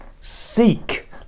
seek